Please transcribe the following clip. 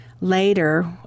Later